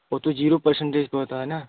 वह तो zero percentage पर होता है ना